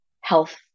health